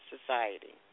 Society